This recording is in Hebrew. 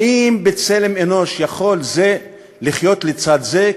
האם בצלם אנוש יכול זה לחיות לצד זה,